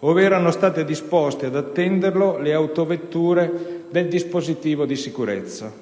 ove erano state disposte ad attenderlo le autovetture del dispositivo di sicurezza.